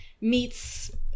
meets